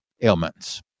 ailments